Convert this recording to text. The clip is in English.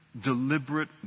deliberate